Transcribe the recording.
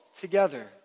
together